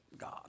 God